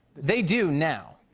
they do now.